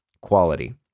quality